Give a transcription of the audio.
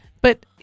But-